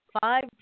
Five